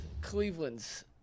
Cleveland's